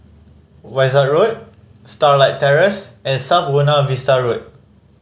Wishart Road Starlight Terrace and South Buona Vista Road